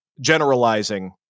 generalizing